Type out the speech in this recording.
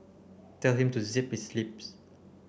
tell him to zip his lips